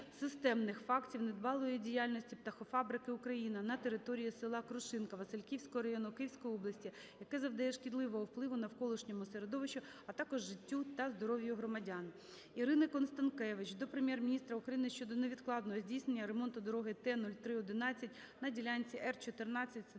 системних фактів недбалої діяльності птахофабрики "Україна" на території села Крушинка Васильківського району Київської області, яка завдає шкідливого впливу навколишньому середовищу, а також життю та здоров'ю громадян. Ірини Констанкевич до Прем'єр-міністра України щодо невідкладного здійснення ремонту дороги Т-03-11 на ділянці /Р-14/